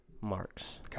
marks